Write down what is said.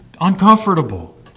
uncomfortable